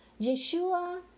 Yeshua